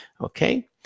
okay